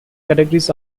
categories